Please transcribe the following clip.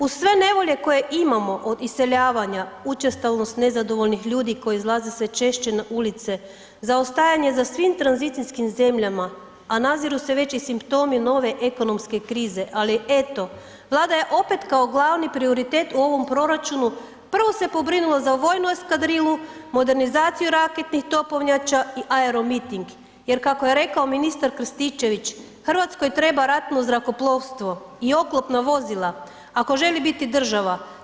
Uz sve nevolje koje imamo, od iseljavanja, učestalost nezadovoljnih ljudi koji izlaze sve češće na ulice, zaostajanje za svim tranzicijskih zemljama, a naziru se već i simptomi nove ekonomske krize, ali eto, Vlada je opet kao glavni prioritet u ovom proračunu prvo se pobrinula za vojnu eskadrilu, modernizaciju raketnih topovnjača i aeromiting jer kako je rekao ministar Krstičević, Hrvatskoj treba ratno zrakoplovstvo i oklopna vozila, ako želi biti država.